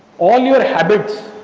all your habits,